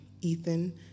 Ethan